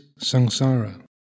samsara